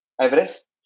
Everest